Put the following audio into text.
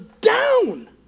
down